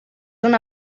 una